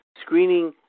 Screening